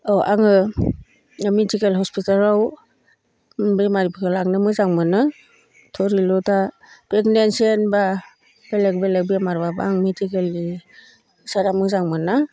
औ आङो मिडिकेल हस्पिटालाव बेमारिखौ लांनो मोजां मोनो थरिलथा प्रेगनेन्सि होमब्ला बेलेग बेलेग बेमारब्लाबो आं मिडिकेलनि सारा मोजां मोना